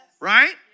Right